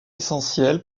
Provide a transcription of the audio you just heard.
essentiels